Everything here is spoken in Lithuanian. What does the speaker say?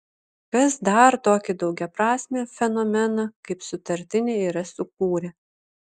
kas dar tokį daugiaprasmį fenomeną kaip sutartinė yra sukūrę